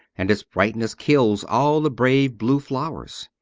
and its brightness kills all the bright blue flowers.